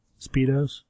Speedos